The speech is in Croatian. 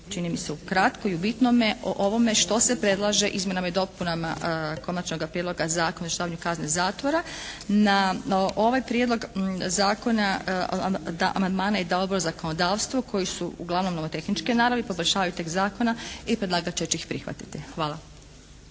čini mi se ukratko i u bitnome o ovome što se predlaže izmjenama i dopunama Konačnoga prijedloga zakona o izvršavanju kazne zatvora. Na ovaj prijedlog zakona amandmane je dao Odbor za zakonodavstvo koji su uglavnom nomotehničke naravi, poboljšavaju tekst zakona i predlagatelj će ih prihvatiti. Hvala.